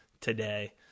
today